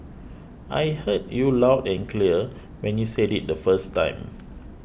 I heard you loud and clear when you said it the first time